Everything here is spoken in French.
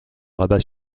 rabat